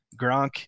Gronk